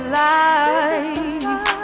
life